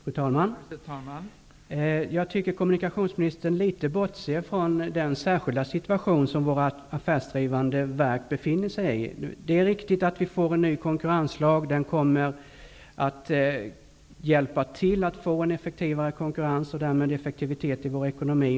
Fru talman! Jag tycker att kommunikationsministern bortser litet från den särskilda situation som våra affärsdrivande verk befinner sig i. Det är riktigt att vi får en ny konkurrenslag. Den kommer att hjälpa till att få en effektivare konkurrens och därmed effektivitet i vår ekonomi.